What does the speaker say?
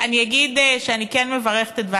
זה מה שאני קראתי.